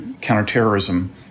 counterterrorism